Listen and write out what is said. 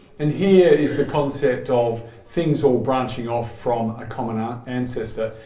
and here is the concept of things all branching off from a common ah ancestor.